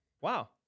Wow